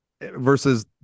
versus